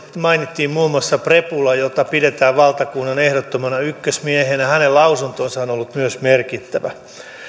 mainittiin muun muassa prepula jota pidetään valtakunnan ehdottomana ykkösmiehenä hänen lausuntonsa on myös ollut merkittävä